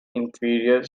inferior